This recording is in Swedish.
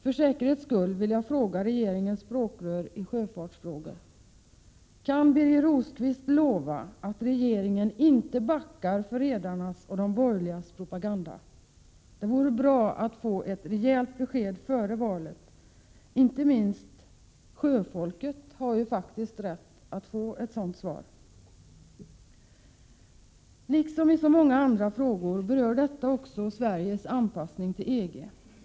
För säkerhets skull vill jag fråga regeringens språkrör i sjöfartsfrågor: — Kan Birger Rosqvist lova att regeringen inte backar för redarnas och de borgerligas propaganda? Det vore bra att få ett rejält besked före valet — inte minst sjöfolket har rätt att få ett svar. Liksom i så många andra frågor berör detta också Sveriges anpassning till EG.